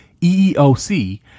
EEOC